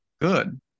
good